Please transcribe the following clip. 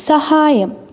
സഹായം